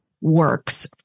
Works